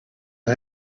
who